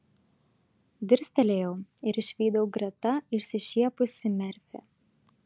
dirstelėjau ir išvydau greta išsišiepusį merfį